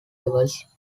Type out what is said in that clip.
levels